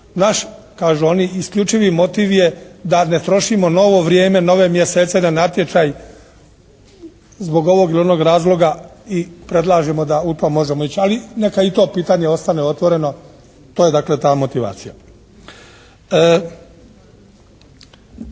Naš, kažu oni isključivi motiv je da ne trošimo novo vrijeme, nove mjesece na natječaj zbog ovog ili onog razloga i predlažemo da u to možemo ići. Ali neka i to pitanje ostane otvoreno, to je dakle ta motivacija.